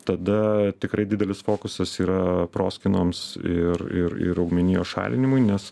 tada tikrai didelis fokusas yra proskynoms ir ir ir augmenijos šalinimui nes